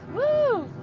whoo!